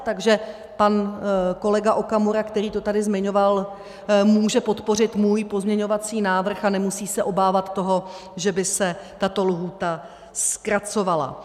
Takže pan kolega Okamura, který to tady zmiňoval, může podpořit můj pozměňovací návrh a nemusí se obávat toho, že by se tato lhůta zkracovala.